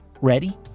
Ready